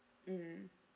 mm